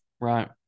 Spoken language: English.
Right